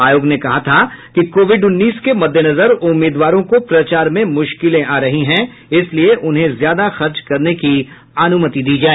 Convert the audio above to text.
आयोग ने कहा था कि कोविड उन्नीस के मद्देनजर उम्मीदवारों को प्रचार में मुश्किलें आ रही हैं इसलिए उन्हें ज्यादा खर्च करने की अनुमति दी जाए